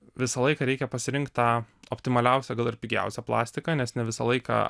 visą laiką reikia pasirinkt tą optimaliausią gal ir pigiausią plastiką nes ne visą laiką